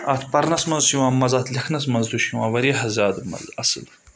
اَتھ پَرنَس منٛز چھُ یِوان مَزٕ اَتھ لَیکھنَس منٛز تہِ چھُ یِوان واریاہ زیادٕ مَزٕ اَصٕل